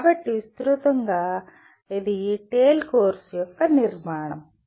కాబట్టి విస్తృతంగా అది TALE కోర్సు యొక్క నిర్మాణం